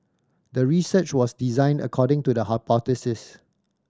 the research was designed according to the hypothesis